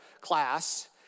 class